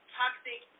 toxic